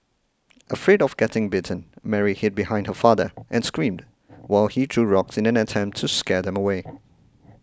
afraid of getting bitten Mary hid behind her father and screamed while he threw rocks in an attempt to scare them away